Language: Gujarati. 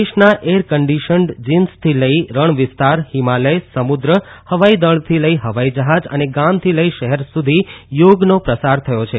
દેશના એરકન્ડીશન્ડ જીમ્સથી લઈ રણ વિસ્તાર હિમાલય સમુદ્ર હવાઈદળથી લઈ હવાઈ જહાજ અને ગામથી લઈ શહેર સુધી યોગનો પ્રસાર થયો છે